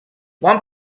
one